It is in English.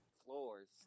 Floors